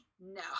No